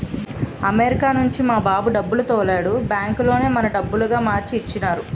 America నుంచి మా బాబు డబ్బులు తోలాడు బ్యాంకులోనే మన డబ్బులుగా మార్చి ఇచ్చినారు